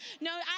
no